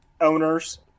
owners